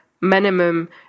minimum